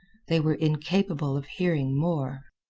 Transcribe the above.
they were incapable of hearing more.